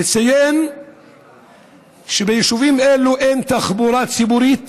יש לציין שביישובים אלו אין תחבורה ציבורית